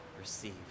receive